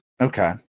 Okay